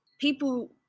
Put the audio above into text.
People